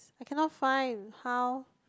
I cannot find how